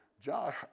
Josh